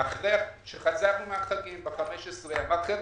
אחרי החגים, ואמר שמה